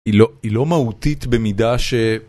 היא לא מהותית במידה ש